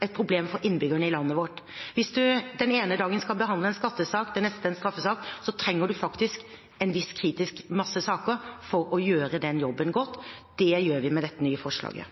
et problem for innbyggerne i landet vårt. Hvis man den ene dagen skal behandle en skattesak, den neste en straffesak, trenger man faktisk en viss kritisk masse av saker for å gjøre den jobben godt. Det gjør vi med dette nye forslaget.